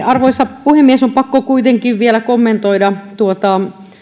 arvoisa puhemies on pakko kuitenkin vielä kommentoida tuota